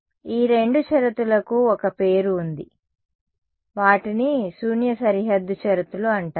ఈ రెండు షరతులకు ఒక పేరు ఉంది వాటిని శూన్య సరిహద్దు షరతులు అంటారు